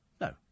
No